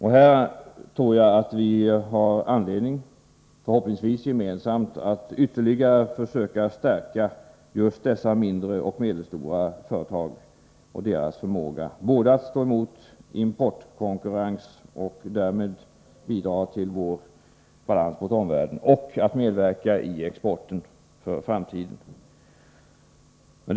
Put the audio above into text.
Här tror jag att vi har anledning att — förhoppningsvis gemensamt — ytterligare försöka stärka just dessa mindre och medelstora företag och deras förmåga både att stå emot importkonkurrens och att medverka i exporten i framtiden och därmed bidra till bättre balans med omvärlden.